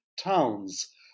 towns